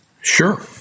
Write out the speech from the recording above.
Sure